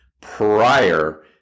prior